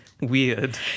weird